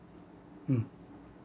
mm